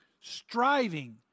striving